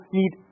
need